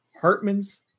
Hartman's